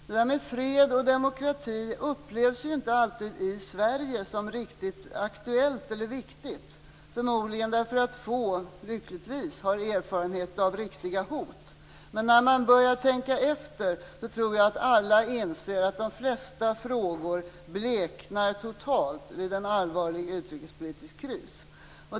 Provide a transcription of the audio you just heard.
Det här med fred och demokrati upplevs inte alltid i Sverige som riktigt aktuellt eller viktigt, förmodligen därför att få lyckligtvis har erfarenhet av riktiga hot. Men när man väl börjar tänka efter tror jag alla inser att de flesta frågor bleknar vid en allvarlig utrikespolitisk kris.